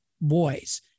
boys